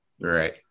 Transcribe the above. Right